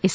S